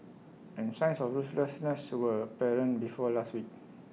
and signs of ruthlessness were apparent before last week